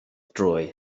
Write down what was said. droi